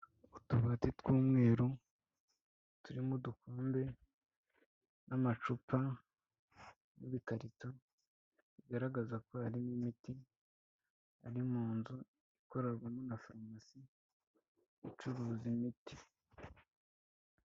Utubati tw'umweru, turimo udukombe n'amacupa n'ibikarito, bigaragaza ko harimo imiti ari mu nzu ikorerwamo na farumasi icuruza imiti.